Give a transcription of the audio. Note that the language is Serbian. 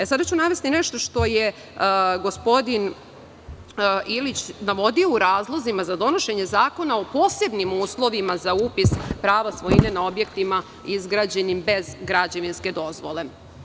Sada ću navesti nešto što je gospodin Ilić navodio u razlozima za donošenje zakona o posebnim uslovima za upis prava svojine na objektima izgrađenim bez građevinske dozvole.